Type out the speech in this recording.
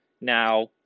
Now